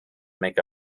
make